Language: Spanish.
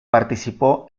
participó